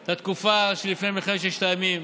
את התקופה שלפני מלחמת ששת הימים